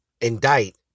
indict